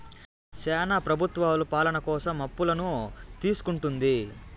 శ్యానా ప్రభుత్వాలు పాలన కోసం అప్పులను తీసుకుంటుంది